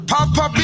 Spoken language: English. Papa